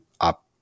up